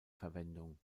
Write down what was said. verwendung